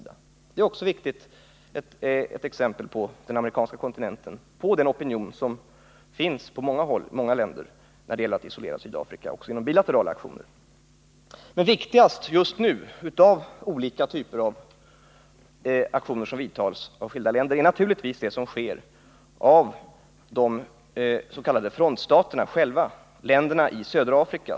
Det är också ett exempel på den opinion som finns på många håll för att isolera Sydafrika också genom bilaterala aktioner. Men viktigast just nu av olika typer av aktioner som har genomförts i skilda länder är naturligtvis det som sker i de s.k. frontstaterna, länderna i södra Afrika.